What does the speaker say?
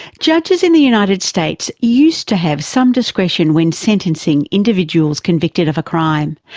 judges in the united states use to have some discretion when sentencing individuals convicted of a crime.